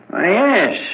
yes